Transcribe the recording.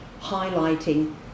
highlighting